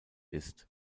ist